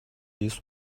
لیز